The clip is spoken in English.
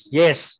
yes